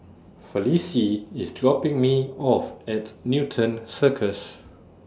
Felicie IS dropping Me off At Newton Circus